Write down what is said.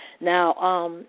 Now